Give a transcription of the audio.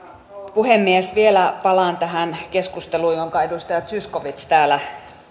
puhemies vielä palaan tähän keskusteluun jonka edustaja zyskowicz täällä